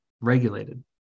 regulated